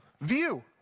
view